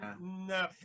No